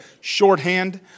shorthand